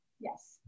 Yes